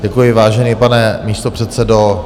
Děkuji, vážený pane místopředsedo.